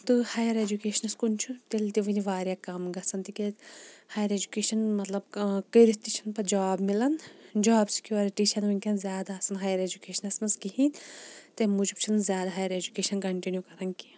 تہٕ ہَایَر ایٚجُکیشنَس کُن چھُ تیٚلہِ تہِ وٕنہِ واریاہ کَم گَژھان تِکیازِ ہایَر ایٚجُکیشَن مَطلَب کٔرِتھ تہِ چھ نہٕ پتہٕ جاب مِلان جاب سیٚکیورٹی چھَنہٕ وٕنکٮ۪ن زیادٕ آسَان ہایَر ایٚجُکیشنَس مَنٚز کہیٖنۍ تمہِ موٗجوٗب چھنہٕ زیادٕ ہایَر ایٚجُکیشنَ کنٹِنیوٗ کَران کینٛہہ